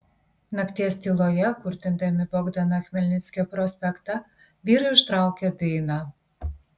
nakties tyloje kurtindami bogdano chmelnickio prospektą vyrai užtraukė dainą